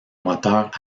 moteurs